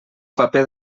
paper